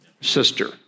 sister